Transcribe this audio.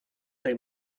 tej